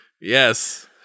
Yes